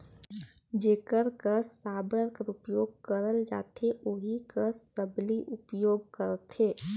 जेकर कस साबर कर उपियोग करल जाथे ओही कस सबली उपियोग करथे